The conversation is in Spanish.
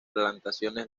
plantaciones